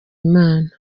imana